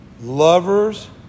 Lovers